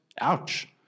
Ouch